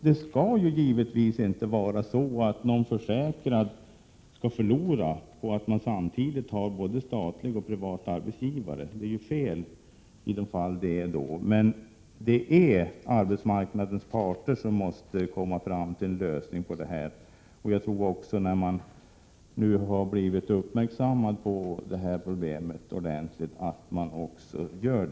Det skall givetvis inte vara så att någon försäkrad förlorar på att samtidigt ha både statlig och privat arbetsgivare. Om så är fallet så är det fel, men det är arbetsmarknadens parter som måste komma fram till en lösning på det problemet. Jag tror att arbetsmarknadens parter, när de nu har blivit uppmärksammade på detta problem, också kommer att göra det.